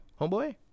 homeboy